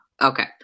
Okay